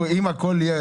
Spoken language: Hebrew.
זה יגביר את היעילות